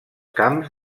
camps